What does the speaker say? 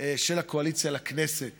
של הקואליציה לכנסת